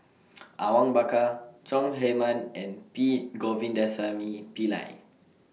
Awang Bakar Chong Heman and P Govindasamy Pillai